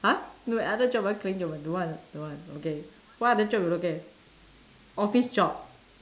!huh! no other job w~ cleaning don't want don't want okay what other job you looking at office job